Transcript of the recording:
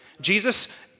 Jesus